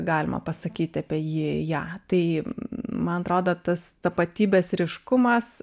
galima pasakyti apie jį ją man atrodo tas tapatybės ryškumas